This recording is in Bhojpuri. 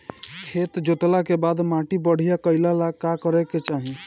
खेत जोतला के बाद माटी बढ़िया कइला ला का करे के चाही?